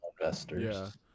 investors